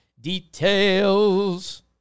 details